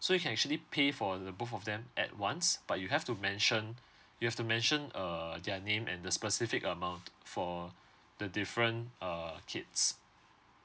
so you can actually pay for the both of them at once but you have to mention you've to mention err their name and the specific amount for the different uh kids